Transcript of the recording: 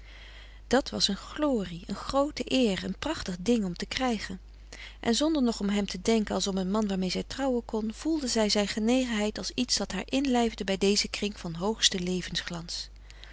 dat was een glorie een groote eer een prachtig ding om te krijgen en zonder nog om hem te denken als om een man waarmee zij trouwen kon voelde zij zijn genegenheid als iets dat haar inlijfde bij dezen kring van hoogsten